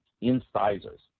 incisors